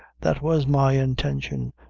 that was my intention,